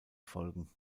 folgen